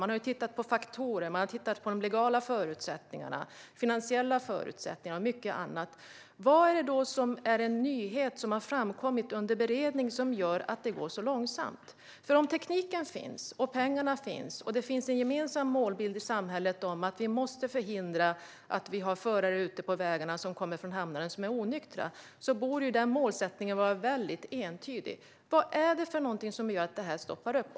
Man har tittat på faktorer, på de legala förutsättningarna, på de finansiella förutsättningarna och på mycket annat. Vad är det då som är en nyhet som har framkommit under beredning och som gör att det går så långsamt? Om tekniken och pengarna finns, och när det finns en gemensam målbild i samhället att vi måste förhindra att vi har onyktra förare ute på vägarna som kommer från hamnarna, borde målsättningen vara entydig. Vad är det för någonting som gör att detta stoppar upp?